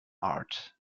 art